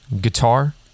guitar